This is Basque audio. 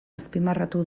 azpimarratu